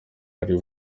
ari